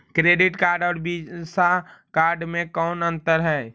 Credit card और Visa card मे कौन अन्तर है?